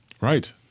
Right